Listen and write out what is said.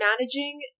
managing